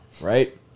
right